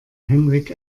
henrik